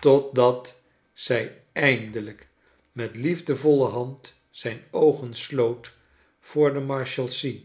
totdat zij eindelijk met liefdevolle hand zijn oogen sloot voor de marshalsea